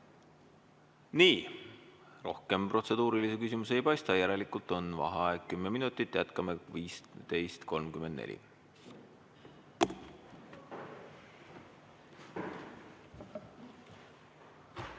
Nii. Rohkem protseduurilisi küsimusi ei paista. Järelikult on vaheaeg kümme minutit, jätkame kell